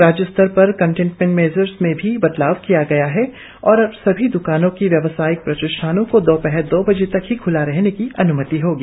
राज्य सतर पर कंटेनमेंट मेजर्स ने भी बदलाव किया गया है और अब सभी द्रकानों और व्यवसायिक प्रतिष्ठानों को दोपहर दो बजे तक ही ख्ला रखने की अन्मति होगी